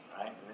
right